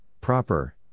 proper